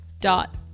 dot